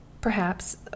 perhaps